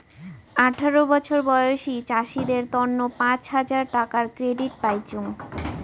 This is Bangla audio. আঠারো বছর বয়সী চাষীদের তন্ন পাঁচ হাজার টাকার ক্রেডিট পাইচুঙ